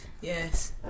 Yes